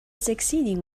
succeeding